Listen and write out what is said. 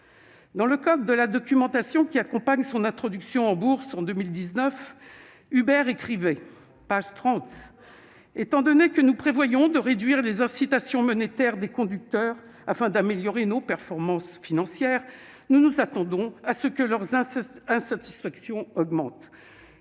Dans la documentation qui accompagnait son introduction en Bourse en 2019, Uber écrivait, page 30 :« Étant donné que nous prévoyons de réduire les incitations monétaires des conducteurs afin d'améliorer nos performances financières, nous nous attendons à ce que leur insatisfaction augmente ».